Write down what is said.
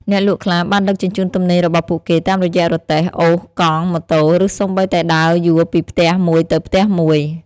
អ្នកលក់ខ្លះបានដឹកជញ្ជូនទំនិញរបស់ពួកគេតាមរយៈរទេះ អូស កង់ ម៉ូតូ ឬសូម្បីតែដើរយួរពីផ្ទះមួយទៅផ្ទះមួយ។